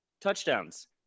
touchdowns